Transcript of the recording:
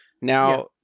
Now